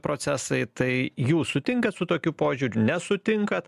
procesai tai jūs sutinkat su tokiu požiūriu nesutinkat